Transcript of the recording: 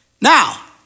Now